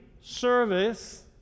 service